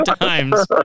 times